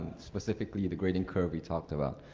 specifically, the grading curve we talked about.